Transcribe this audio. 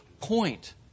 point